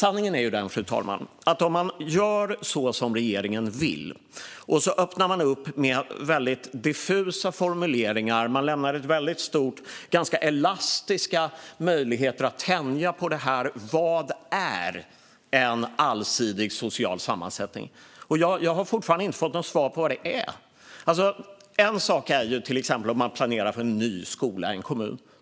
Sanningen är den att om man gör så som regeringen vill, öppnar med diffusa formuleringar, resulterar det i elastiska möjligheter att tänja på vad en allsidig social sammansättning är. Jag har fortfarande inte fått något svar på vad det är. En sak är om man planerar en ny skola i en kommun.